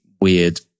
weird